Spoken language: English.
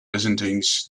byzantines